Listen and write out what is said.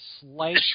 slight